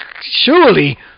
surely